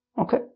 Okay